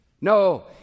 No